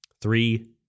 Three